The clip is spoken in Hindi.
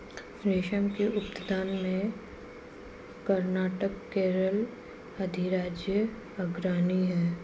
रेशम के उत्पादन में कर्नाटक केरल अधिराज्य अग्रणी है